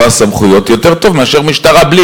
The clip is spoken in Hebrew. הסמכויות זה יותר טוב מאשר משטרה בלי,